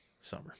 summer